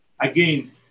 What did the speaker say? Again